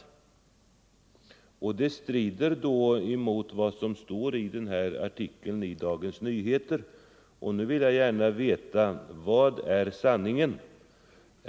Det strider mot vad som står i artikeln i Dagens Nyheter, och nu vill jag gärna veta: Vad är sanningen?